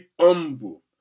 humble